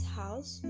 house